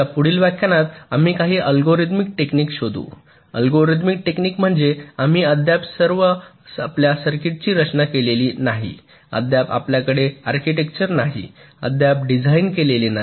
आमच्या पुढील व्याख्यानात आपण काही अल्गोरिदमिक टेक्निक शोधू अल्गोरिदमिक टेक्निक म्हणजे आम्ही अद्याप आपल्या सर्किटची रचना केलेली नाही अद्याप आपल्याकडे आर्किटेक्चर नाही अद्याप डिझाइन केलेले नाही